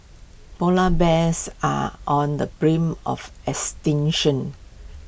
Polar Bears are on the of extinction